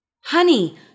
Honey